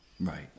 Right